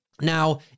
Now